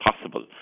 possible